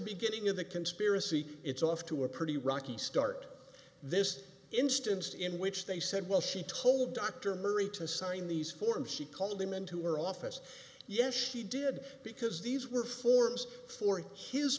beginning of the conspiracy it's off to a pretty rocky start this instance in which they said well she told dr murray to sign these forms she called him into her office yes she did because these were forms for his